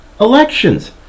elections